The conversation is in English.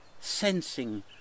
sensing